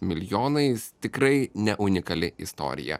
milijonais tikrai ne unikali istorija